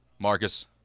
Marcus